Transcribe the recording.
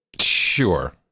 Sure